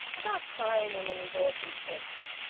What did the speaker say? about signing and endorsing cheques.